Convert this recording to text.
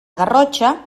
garrotxa